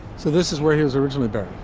so this is where he was originally buried.